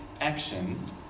actions